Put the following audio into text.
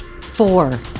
Four